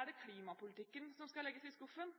Er det klimapolitikken som skal legges i skuffen?